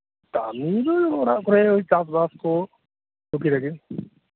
ᱠᱟᱹᱢᱤ ᱫᱚ ᱚᱲᱟᱜ ᱠᱚᱨᱮ ᱳᱭ ᱪᱟᱥᱵᱟᱥᱠᱩ ᱴᱩᱠᱤ ᱴᱟᱠᱤ